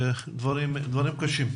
דברים קשים.